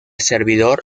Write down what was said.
servidor